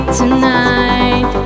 tonight